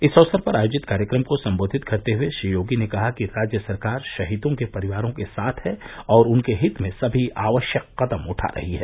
इस अवसर पर आयोजित कार्यक्रम को संबोधित करते हुए श्री योगी ने कहा कि राज्य सरकार शहीदों के परिवारों के साथ है और उनके हित में सभी आवश्यक कदम उठा रही है